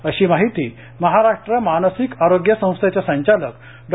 अशी माहिती महाराष्ट्र मानसिक आरोग्य संस्थेचे संचालक डॉ